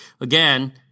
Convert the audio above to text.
Again